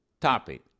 topic